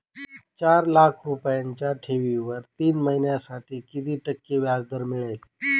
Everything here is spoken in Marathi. चार लाख रुपयांच्या ठेवीवर तीन महिन्यांसाठी किती टक्के व्याजदर मिळेल?